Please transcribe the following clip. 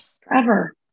Forever